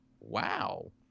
wow